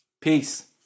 Peace